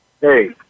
Hey